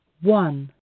one